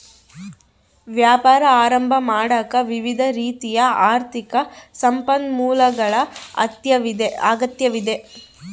ವ್ಯಾಪಾರ ಆರಂಭ ಮಾಡಾಕ ವಿವಿಧ ರೀತಿಯ ಆರ್ಥಿಕ ಸಂಪನ್ಮೂಲಗಳ ಅಗತ್ಯವಿದೆ